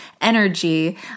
energy